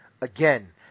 Again